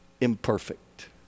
imperfect